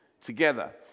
together